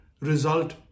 result